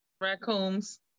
Raccoons